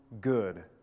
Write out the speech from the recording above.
good